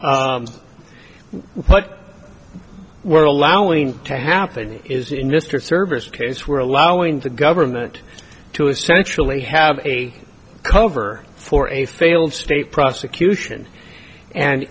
but we're allowing to happen is in mr service case we're allowing the government to essentially have a cover for a failed state prosecution and